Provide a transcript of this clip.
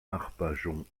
arpajon